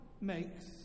makes